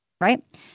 right